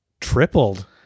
Tripled